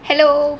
hello